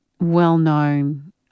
well-known